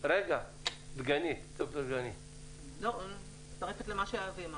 אני מצטרפת למה שאבי אמר.